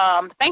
thank